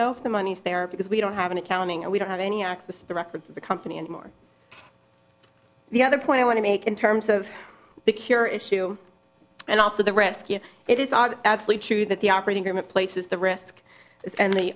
know if the money's there because we don't have an accounting and we don't have any access to the records of the company and more the other point i want to make in terms of the cure issue and also the rescue it is not actually true that the operating room it places the risk and the